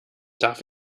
darf